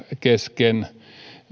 kesken